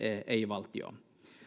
ei valtio